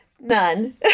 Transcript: none